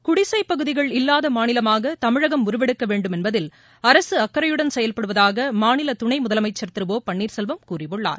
குடிசைப்பகுதிகள் இல்லாத மாநிலமாக தமிழகம் உருவெடுக்க வேண்டும் என்பதில் அரசு அக்கறையுடன் செயல்படுவதாக மாநில துணை முதலமைச்சர் திரு த ஓ பன்னீர் செல்வம் கூறியுள்ளார்